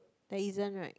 there isn't right